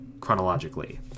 chronologically